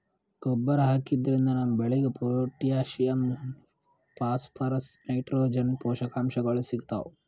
ಗೊಬ್ಬರ್ ಹಾಕಿದ್ರಿನ್ದ ನಮ್ ಬೆಳಿಗ್ ಪೊಟ್ಟ್ಯಾಷಿಯಂ ಫಾಸ್ಫರಸ್ ನೈಟ್ರೋಜನ್ ಪೋಷಕಾಂಶಗಳ್ ಸಿಗ್ತಾವ್